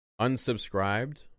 Unsubscribed